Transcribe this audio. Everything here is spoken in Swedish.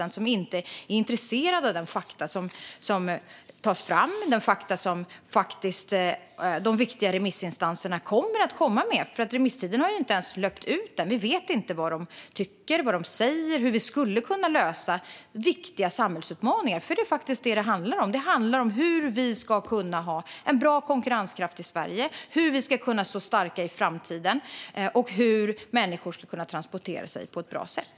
De är inte intresserade av de fakta som tas fram, de fakta som de viktiga remissinstanserna kommer att komma med. Remisstiden har inte ens löpt ut än. Vi vet inte vad de tycker och vad de säger och hur vi skulle kunna lösa viktiga samhällsutmaningar. Det är faktiskt det som det handlar om. Det handlar om hur vi ska kunna ha en bra konkurrenskraft i Sverige, hur vi ska kunna stå starka i framtiden och hur människor ska kunna transportera sig på ett bra sätt.